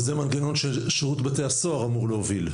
וזה מנגנון ששירות בתי הסוהר אמור להוביל?